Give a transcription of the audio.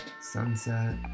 Sunset